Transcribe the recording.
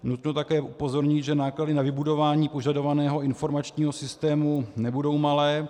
Nutno také upozornit, že náklady na vybudování požadovaného informačního systému nebudou malé.